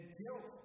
guilt